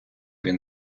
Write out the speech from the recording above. він